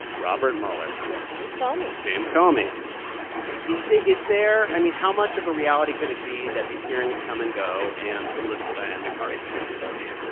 robert mueller. yeah. james comey james comey yeah is there is there i mean, how much of a reality could it be that these hearings come and go and the political dynamics are exactly the same?